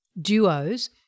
duos